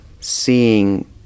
seeing